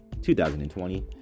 2020